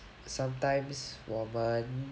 sometimes 我们